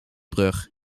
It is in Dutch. brug